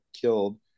killed